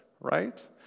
right